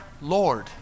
Lord